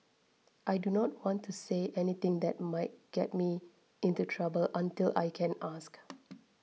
I do not want to say anything that might get me into trouble until I can ask